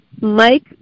Mike